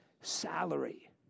salary